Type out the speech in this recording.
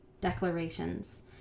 declarations